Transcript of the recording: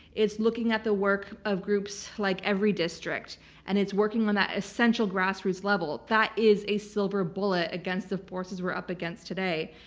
it's looking at the work of groups like everydistrict, and it's working on that essential grassroots level. that is a silver bullet against the forces we're up against today.